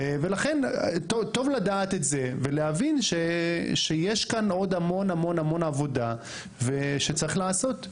ולכן טוב לדעת את זה ולהבין שיש כאן עוד המון עבודה שצריך לעשות.